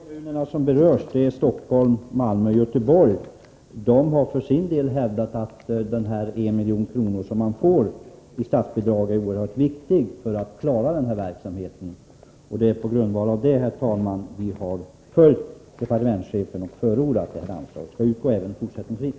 Herr talman! De kommuner som berörs är Stockholm, Göteborg och Malmö. De har hävdat att detta anslag på 1 milj.kr., som de får i statsbidrag, är oerhört viktigt för att de skall kunna klara denna verksamhet. Det är på grundval av detta som vi har följt departementschefens förslag och förordat att detta anslag skall utgå även fortsättningsvis.